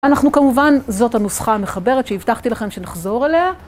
אנחנו כמובן, זאת הנוסחה המחברת שהבטחתי לכם שנחזור אליה.